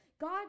God